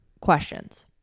questions